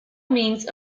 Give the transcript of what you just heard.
means